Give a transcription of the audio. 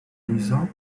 lizo